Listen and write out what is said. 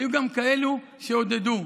היו גם כאלה שעודדו.